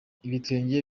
ibitwenge